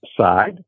side